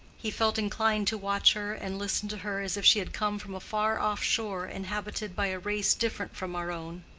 he felt inclined to watch her and listen to her as if she had come from a far off shore inhabited by a race different from our own.